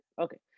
Okay